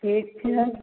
ठीक छै